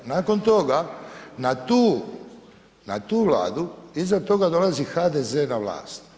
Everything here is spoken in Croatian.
Nakon toga, na tu vladu, iza toga dolazi HDZ na vlast.